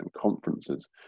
conferences